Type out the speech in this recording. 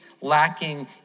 lacking